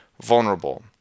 vulnerable